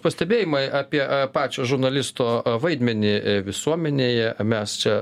pastebėjimai apie pačio žurnalisto vaidmenį visuomenėje mes čia